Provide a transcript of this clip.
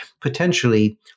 potentially